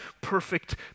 perfect